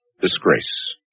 disgrace